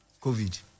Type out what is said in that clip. COVID